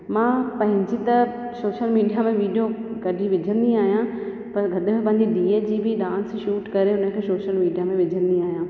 मां पंहिंजी त सोशल मिडिया में विडियो कढी विझंदी आहियां पर कॾहिं पंहिंजी धीअ जी बि डांस शूट करे उनखे सोशल मिडिया में विझंदी आहियां